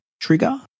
trigger